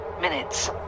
minutes